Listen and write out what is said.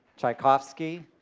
tchaikovsky,